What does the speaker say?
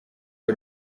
iri